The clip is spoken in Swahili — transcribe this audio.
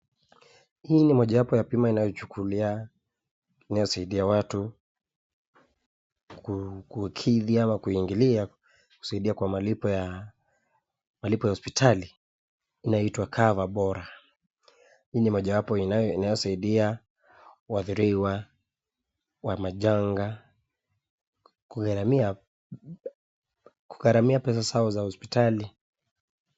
Hii ni moja yapo ya bima inayochukuliya inayosaidiya watu kukidi au kuingilia kusaidiya kwa malipo ya hospitali inayoitwa CoverBora. Hii ni moja wapo inayosaidiya waadhiriwa wa majanga kugaramiya pesa zao za hospitali.